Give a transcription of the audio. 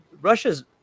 Russia's